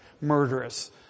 murderous